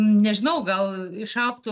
nežinau gal išaugtų